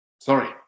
sorry